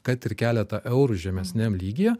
kad ir keletą eurų žemesniam lygyje